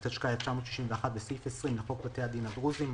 התשכ"א 1961 וסעיף 20 לחוק בתי הדין הדרוזיים,